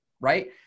right